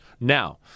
Now